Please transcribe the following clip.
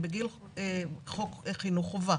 הם בגיל חוק חינוך חובה.